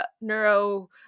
neuro